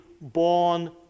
born